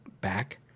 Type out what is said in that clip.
back